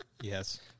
Yes